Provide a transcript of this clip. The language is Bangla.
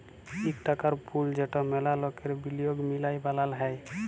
ইক টাকার পুল যেট ম্যালা লকের বিলিয়গ মিলায় বালাল হ্যয়